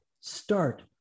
start